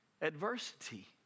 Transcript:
adversity